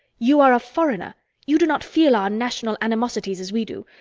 you are a foreigner you do not feel our national animosities as we do.